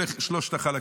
אלה שלושת החלקים.